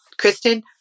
Kristen